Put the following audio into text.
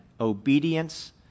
obedience